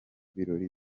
birori